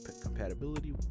compatibility